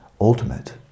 ultimate